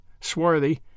swarthy